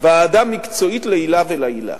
ועדה מקצועית לעילא ולעילא.